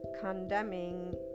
condemning